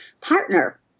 partner